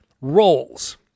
roles